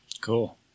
Cool